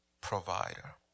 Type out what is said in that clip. provider